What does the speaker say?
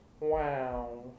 wow